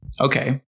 Okay